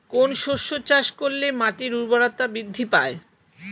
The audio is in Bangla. কোন শস্য চাষ করলে মাটির উর্বরতা বৃদ্ধি পায়?